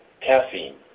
Caffeine